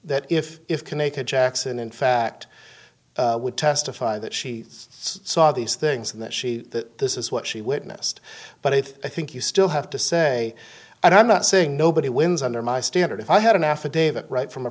that if it can make it jackson in fact would testify that she saw these things and that she that this is what she witnessed but i think you still have to say and i'm not saying nobody wins under my standard if i had an affidavit right from a